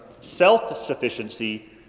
self-sufficiency